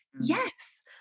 yes